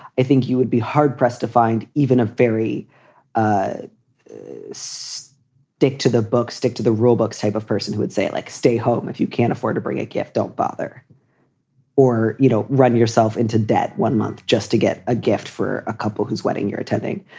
i think you would be hard pressed to find even a very nice so dick to the book. stick to the rulebooks type of person who would say, like, stay home and you can't afford to bring a gift. don't bother or, you know, run yourself into debt one month just to get a gift for a couple whose wedding you're attending.